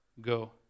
go